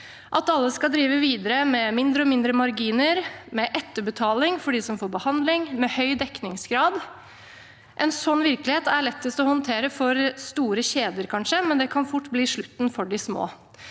alle skal drive videre, med mindre og mindre marginer, med etterbetaling for dem som får behandling, med høy dekningsgrad – en sånn virkelighet er kanskje lett å håndtere for store kjeder, men det kan fort bli slutten for de små.